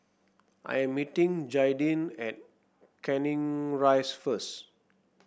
I am meeting Jaydin at Canning Rise first